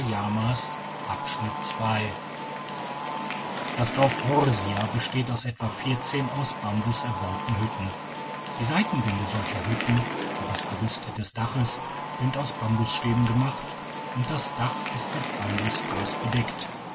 das dorf horsia besteht etwa aus bambus erbauten hütten die seitenwände solcher hütten und das gerüst des daches sind aus bambusstäben gemacht und das dach ist mit bambusgyas bedeckt